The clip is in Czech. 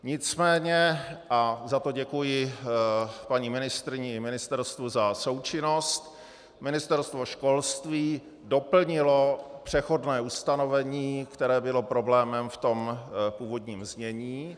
Nicméně, a za to děkuji paní ministryni i ministerstvu za součinnost, Ministerstvo školství doplnilo přechodné ustanovení, které bylo problémem v tom původním znění.